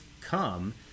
come